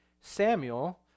Samuel